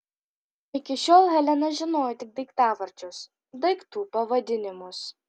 iki šiol helena žinojo tik daiktavardžius daiktų pavadinimus